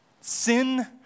Sin